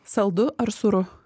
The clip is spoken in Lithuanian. saldu ar sūru